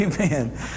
Amen